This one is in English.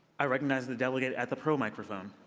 i recognize the delegate at the pro microphone.